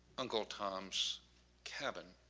uncle tom's cabin.